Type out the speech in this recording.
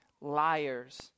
liars